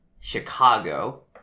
chicago